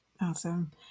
Awesome